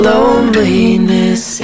loneliness